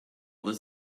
this